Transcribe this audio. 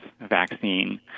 vaccine